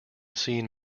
seen